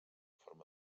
forma